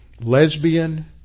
lesbian